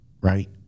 right